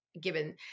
given